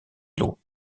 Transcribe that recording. îlot